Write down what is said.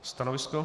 Stanovisko?